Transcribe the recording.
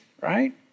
right